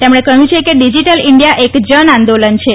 તેમણે કહ્યું છે કે ડિજીટલ ઇન્ડિયા એક જન આંદોલન છે